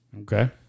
Okay